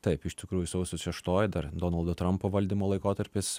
taip iš tikrųjų sausio šeštoji dar donaldo trumpo valdymo laikotarpis